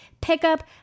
pickup